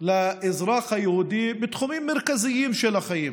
לאזרח היהודי בתחומים מרכזיים של החיים.